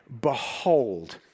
Behold